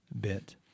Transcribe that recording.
bit